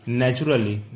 naturally